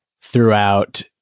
throughout